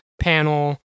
panel